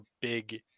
big